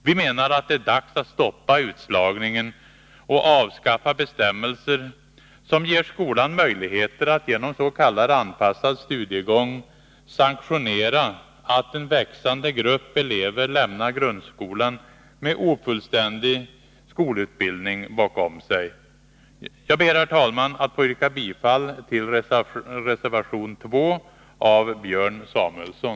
Vi menar att det är dags att stoppa utslagningen och avskaffa bestämmelser som ger skolan möjligheter att genom s.k. anpassad studiegång sanktionera att en växande grupp elever lämnar grundskolan med en ofullständig skolutbildning bakom sig. Jag ber, herr talman, att få yrka bifall till reservation 2 av Björn Samuelson.